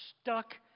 stuck